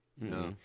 No